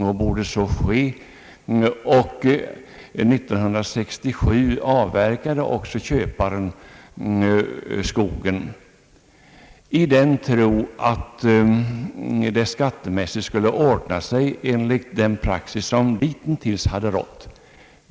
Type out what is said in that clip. År 1967 avverkade också köparen skogen i den tron att det skattemässigt skulle ordna sig enligt den praxis, som ditintills hade rått.